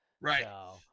Right